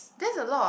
that's a lot